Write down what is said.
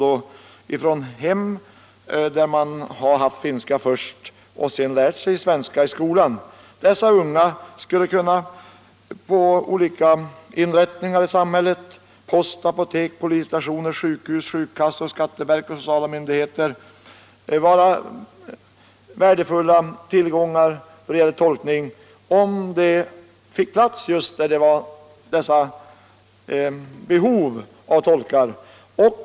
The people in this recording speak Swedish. Det är särskilt barn och ungdom från finsktalande hem, som har lärt sig svenska i skolan. Dessa unga skulle på olika håil i samhället — t.ex. på postanstalter, apotek, polisstationer, sjukhus, sjukkassor, skatteverk och olika sociala myndigheter — kunna bli värdefulla tillgångar när det gäller tolkning, om de blev anlitade just där behov av sådana tolkningar föreligger.